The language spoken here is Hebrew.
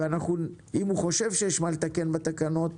אם הוא חושב שיש מה לתקן בתקנות,